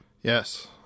yes